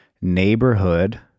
neighborhood